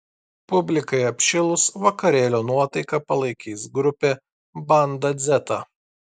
publikai apšilus vakarėlio nuotaiką palaikys grupė banda dzeta